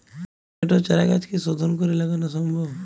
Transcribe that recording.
টমেটোর চারাগাছ কি শোধন করে লাগানো সম্ভব?